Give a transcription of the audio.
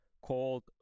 called